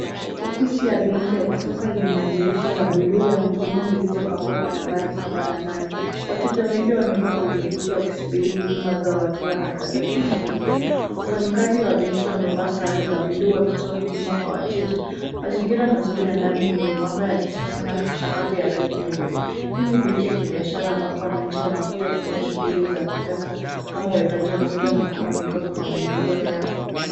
Ofisi ya benki ya kisasa yenye madirisha ya bluu ya huduma zilizopangwa kwa nambari saba na nane. Wateja wengi wamekaa kwenye viti wakisubiri huduma zao wakiwa na karatasi mkononi. Wafanyikazi wa benki wamevaa sare za bluu wakitoa huduma kwa wateja. Mazingira mazuri ya ndani yenye miwanga ya kisasa nayo sakafu ya rangi nyeupe. Hii ni benki ya kibiashara ambapo wananchi wanakuja kufanya shughuli za kifedha kama uwekaji wa fedha na kuomba mikopo kwa maendeleo yao.